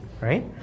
Right